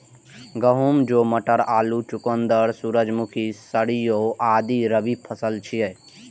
गहूम, जौ, मटर, आलू, चुकंदर, सूरजमुखी, सरिसों आदि रबी फसिल छियै